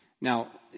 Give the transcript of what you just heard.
Now